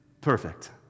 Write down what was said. perfect